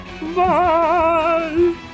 bye